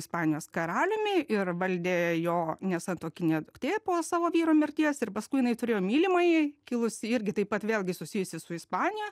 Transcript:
ispanijos karaliumi ir valdė jo nesantuokinė duktė po savo vyro mirties ir paskui jinai turėjo mylimąjį kilusį irgi taip pat vėlgi susijusį su ispanija